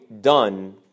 done